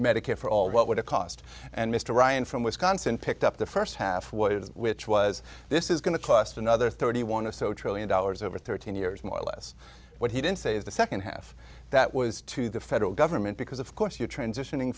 medicare for all what would it cost and mr ryan from wisconsin picked up the first half what it is which was this is going to cost another thirty one of so trillion dollars over thirteen years more or less what he didn't say is the second half that was to the federal government because of course you're transitioning